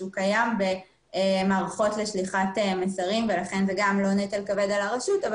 שהוא קיים במערכות לשליחת מסרים ולכן זה גם לא נטל כבד על הרשות אבל